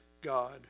God